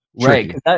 right